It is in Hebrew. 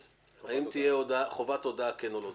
תהיה חובת הודעה כן או לא.